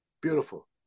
Beautiful